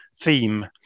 theme